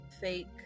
fake